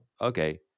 okay